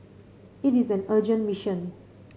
it is an urgent mission